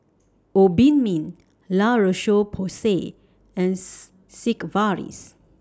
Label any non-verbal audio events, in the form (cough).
Obimin La Roche Porsay and (unintelligible) Sigvaris